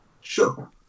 Sure